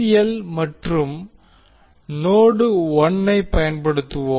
L மற்றும் node 1 ஐப் பயன்படுத்துவோம்